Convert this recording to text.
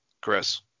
Chris